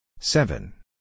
Seven